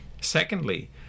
Secondly